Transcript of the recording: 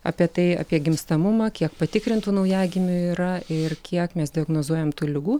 apie tai apie gimstamumą kiek patikrintų naujagimių yra ir kiek mes diagnozuojam tų ligų